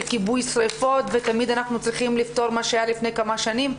כיבוי שריפות ותמיד אנחנו צריכים לפתור מה שהיה לפני כמה שנים.